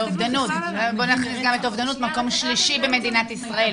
אובדנות מקום שלישי במדינת ישראל.